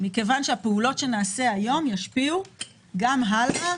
מכיוון שהפעולות שנעשה היום ישפיעו גם הלאה,